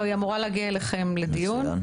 היא אמורה להגיע אליכם לדיון.